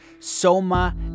soma